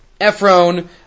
Ephron